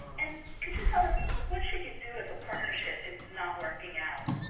and could you tell us, what should you do if a partnership is not working out?